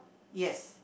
yes